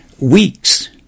Weeks